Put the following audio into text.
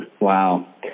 wow